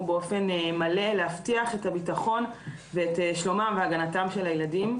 באופן מלא כדי להבטיח את הביטחון ואת שלומם והגנתם של הילדים.